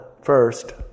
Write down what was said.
first